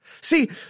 See